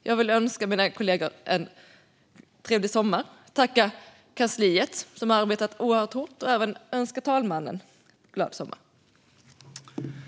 Jag vill önska mina kollegor en trevlig sommar och tacka kansliet, som har arbetat oerhört hårt, och jag vill även önska herr talmannen glad sommar.